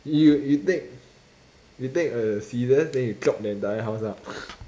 you you take you take a scissors then you chop the entire house ah